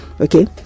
Okay